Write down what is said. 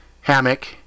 Hammock